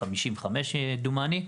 דומני,